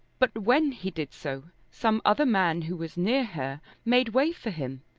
but when he did so, some other man who was near her made way for him,